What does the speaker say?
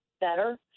better